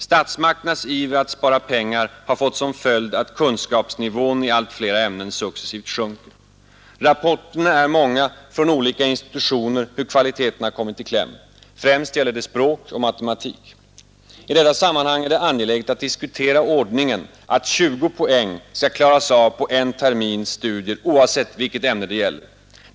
Statsmakternas iver att spara pengar har fått som följd att kunskapsnivån i allt flera ämnen successivt sjunker. Rapporterna är många från olika institutioner hur kvaliteten har kommit i kläm. Främst gäller det språk och matematik. I detta sammanhang är det angeläget att diskutera ordningen att 20 poäng skall klaras av på en termins studier oavsett vilket ämne det gäller.